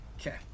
Okay